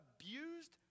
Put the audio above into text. abused